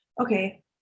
okay